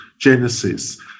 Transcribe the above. Genesis